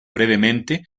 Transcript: brevemente